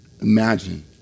imagine